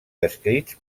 descrits